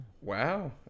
Wow